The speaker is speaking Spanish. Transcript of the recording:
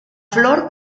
flor